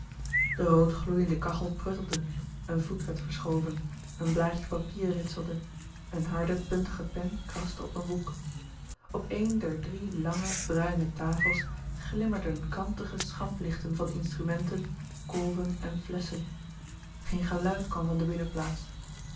de roodgloeiende kachel pruttelde een voet werd verschoven een blaadje papier ritselde een harde puntige pen kraste op een boek op een der drie lange bruine tafels glimmerden kantige schamplichten van instrumenten kolven en flesschen geen geluid kwam van de binnenplaats